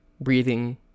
breathing